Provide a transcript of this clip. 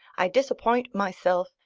i disappoint myself,